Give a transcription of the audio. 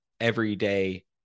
everyday